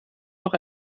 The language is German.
noch